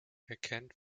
erkennt